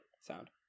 Sound